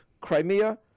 Crimea